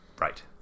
Right